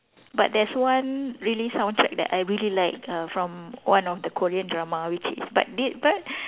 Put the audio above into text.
but there's one really soundtrack that I really like uh from one of the Korean drama which is but did but